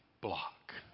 block